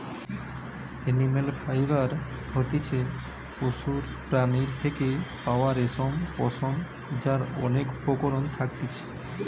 animal fibre হতিছে পশুর প্রাণীর থেকে পাওয়া রেশম, পশম যার অনেক উপকরণ থাকতিছে